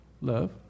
Love